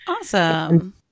Awesome